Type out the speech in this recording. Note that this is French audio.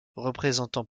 représentant